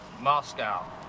Moscow